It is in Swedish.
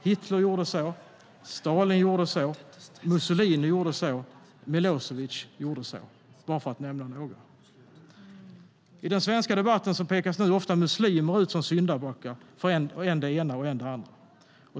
Hitler gjorde så, Stalin gjorde så, Mussolini gjorde så och Milosevic gjorde så - bara för att nämna några.I den svenska debatten pekas nu ofta muslimer ut som syndabockar för än det ena, än det andra.